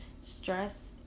stress